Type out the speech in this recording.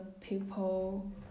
people